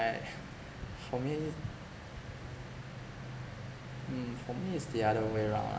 for me mm for me is the other way round lah